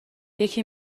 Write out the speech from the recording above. یکی